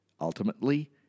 Ultimately